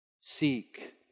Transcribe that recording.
Seek